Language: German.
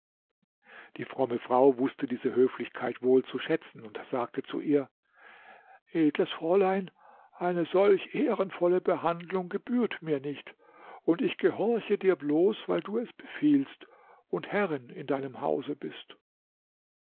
die fromme frau wußte diese höflichkeit wohl zu schätzen und sage zu ihr edles fräulein eine solch ehrenvolle behandlung gebührt mir nicht und ich gehorche dir bloß weil du es befiehlst und herrin in deinem hause bist